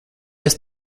esi